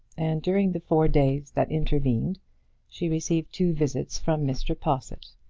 and during the four days that intervened she received two visits from mr. possitt.